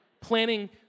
planning